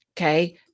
okay